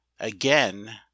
AGAIN